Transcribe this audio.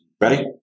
Ready